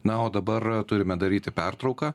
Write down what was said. na o dabar turime daryti pertrauką